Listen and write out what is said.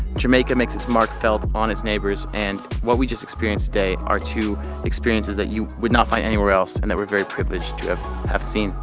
jamaica makes its mark felt on its neighbors, and what we just experienced today are two experiences you would not find anywhere else and that we're very privileged to have have seen.